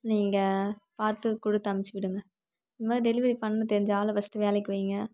நீங்கள் பார்த்து கொடுத்து அமுச்சு விடுங்க இந்தமாதிரி டெலிவெரி பண்ண தெரிஞ்ச ஆளை ஃபர்ஸ்ட்டு வேலைக்கு வைங்க